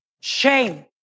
Shame